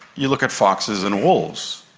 you look at foxes and wolves,